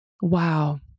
wow